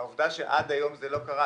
והעובדה היא שעד היום זה לא קרה.